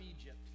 Egypt